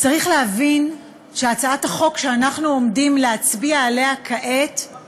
צריך להבין שהצעת החוק שאנחנו עומדים להצביע עליה כעת היא